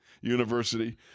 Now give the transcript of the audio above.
University